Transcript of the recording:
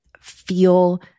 feel